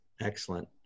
Excellent